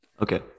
Okay